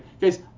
Guys